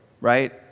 right